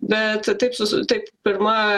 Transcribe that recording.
bet taip su taip pirma